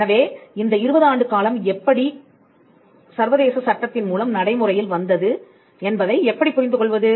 எனவே இந்த 20 ஆண்டு காலம் என்பது எப்படி சர்வதேச சட்டத்தின் மூலம் நடைமுறையில் வந்தது என்பதை எப்படிப் புரிந்து கொள்வது